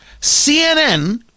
CNN